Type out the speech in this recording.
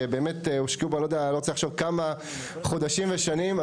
שבאמת הושקעו בה חודשים ושנים.